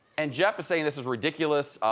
and jeff is saying this is ridiculous.